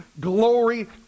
glory